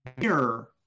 Mirror